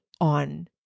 on